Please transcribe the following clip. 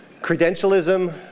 credentialism